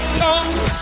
tongues